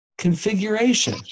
configuration